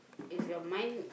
if your mind